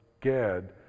Gad